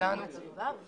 להגנת הסביבה.